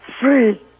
Free